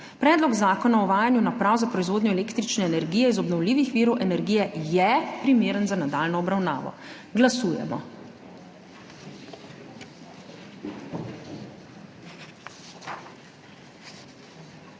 Predlog zakona o uvajanju naprav za proizvodnjo električne energije iz obnovljivih virov energije je primeren za nadaljnjo obravnavo. Glasujemo.